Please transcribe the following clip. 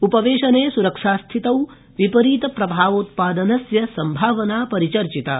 उपवेशने सुरक्षास्थितौ विपरीतप्रभावोत्पादनस्य सम्भावना परिचर्चिता